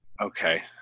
Okay